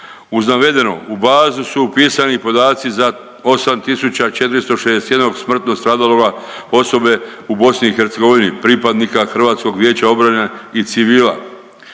Uz navedeno u bazu su upisani i podaci za 8461 smrtno stradaloga osobe u BiH, pripadnika Hrvatskog vijeća obrane i civila.